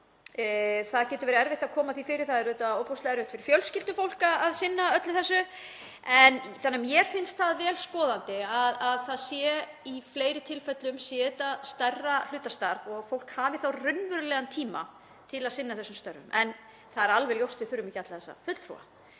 Það getur verið erfitt að koma því fyrir. Það er auðvitað ofboðslega erfitt fyrir fjölskyldufólk að sinna öllu þessu. Mér finnst það vel skoðandi að í fleiri tilfellum sé þetta stærra hlutastarf og fólk hafi þá raunverulegan tíma til að sinna þessum störfum. En það er alveg ljóst að við þurfum ekki alla þessa fulltrúa,